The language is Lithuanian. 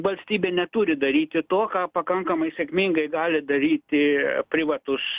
valstybė neturi daryti to ką pakankamai sėkmingai gali daryti privatus